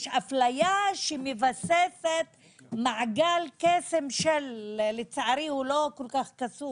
יש אפליה שמבססת מעגל קסם שלצערי הוא לא כל כך קסום,